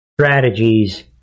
strategies